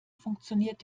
funktioniert